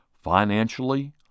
financially